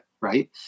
right